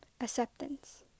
Acceptance